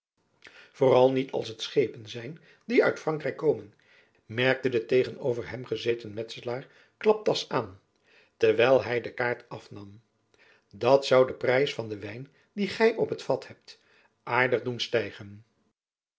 vooral niet als het schepen zijn die uit frankrijk komen merkte de tegenover hem gezeten metselaar klaptas aan terwijl hy de kaart afnam dat zoû den prijs van den wijn dien gy op t vat hebt aardig doen stijgen